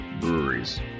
breweries